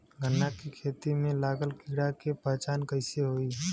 गन्ना के खेती में लागल कीड़ा के पहचान कैसे होयी?